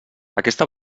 aquesta